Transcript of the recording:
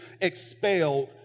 expelled